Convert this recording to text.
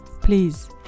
please